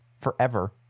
forever